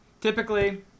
typically